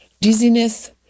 dizziness